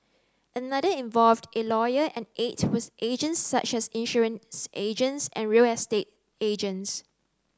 another involved a lawyer and eight were agents such as insurance agents and real estate agents